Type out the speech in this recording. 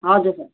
हजुर सर